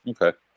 Okay